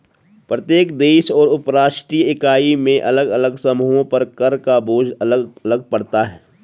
प्रत्येक देश और उपराष्ट्रीय इकाई में अलग अलग समूहों पर कर का बोझ अलग अलग पड़ता है